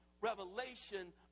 revelation